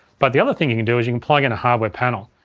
but the other thing you can do is you can plug in a hardware panel.